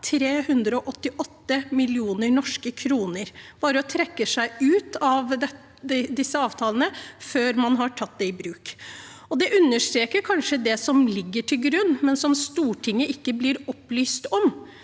388 mill. norske kroner bare å trekke seg ut av disse avtalene før man har tatt den i bruk. Det understreker kanskje det som ligger til grunn, men som Stortinget ikke blir opplyst om,